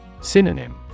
Synonym